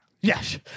yes